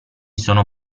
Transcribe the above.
sono